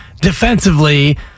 defensively